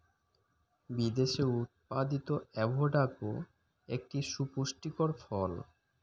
বিদেশে উৎপাদিত অ্যাভোকাডো একটি সুপুষ্টিকর ফল